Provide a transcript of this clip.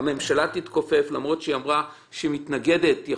הממשלה תתכופף למרות שהיא אמרה שהיא מתנגדת.